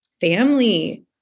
family